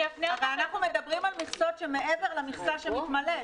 אבל אנחנו מדברים על מכסות שמעבר למכסה שמתמלאת,